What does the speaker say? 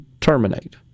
terminate